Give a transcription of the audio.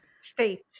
state